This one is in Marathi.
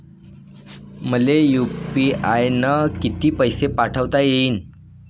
मले यू.पी.आय न किती पैसा पाठवता येईन?